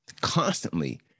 constantly